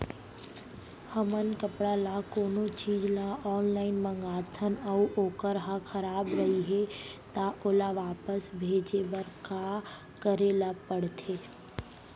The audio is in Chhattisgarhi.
हमन कपड़ा या कोनो चीज ल ऑनलाइन मँगाथन अऊ वोकर ह खराब रहिये ता ओला वापस भेजे बर का करे ल पढ़थे?